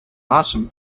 awesome